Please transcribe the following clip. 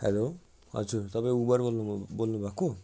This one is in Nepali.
हेलो हजुर तपाईँ उबर बोल्नुभएको